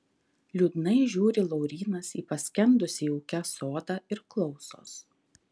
liūdnai žiūri laurynas į paskendusį ūke sodą ir klausos